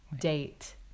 date